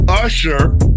Usher